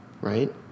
right